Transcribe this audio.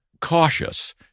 cautious